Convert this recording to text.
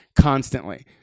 constantly